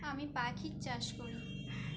আমি পাখির চাষ করি